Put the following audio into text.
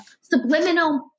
subliminal